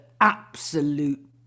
absolute